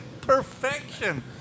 perfection